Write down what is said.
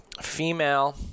female